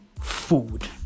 food